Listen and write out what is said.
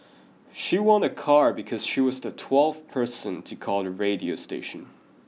she won a car because she was the twelfth person to call the radio station